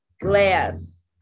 Glass